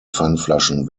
pfandflaschen